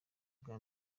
ubwa